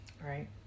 Right